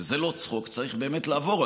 וזה לא צחוק, צריך באמת לעבור.